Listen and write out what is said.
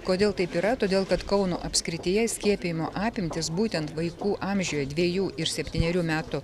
kodėl taip yra todėl kad kauno apskrityje skiepijimo apimtys būtent vaikų amžiui dvejų ir septynerių metų